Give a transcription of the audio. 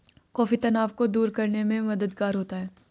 coffee तनाव को दूर करने में मददगार होता है